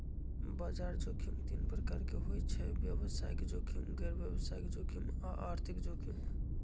बजार जोखिम तीन प्रकार के होइ छइ व्यवसायिक जोखिम, गैर व्यवसाय जोखिम आऽ आर्थिक जोखिम